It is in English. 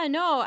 no